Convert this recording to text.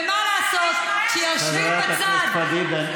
ומה לעשות, כשיושבים בצד, חברת הכנסת פדידה.